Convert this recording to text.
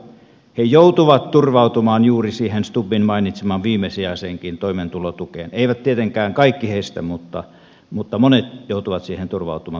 he joutuvat turvautumaan juuri siihen stubbin mainitsemaan viimesijaiseen toimeentulotukeenkin eivät tietenkään kaikki heistä mutta monet joutuvat siihen turvautumaan työttömyyden vuoksi